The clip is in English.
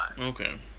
okay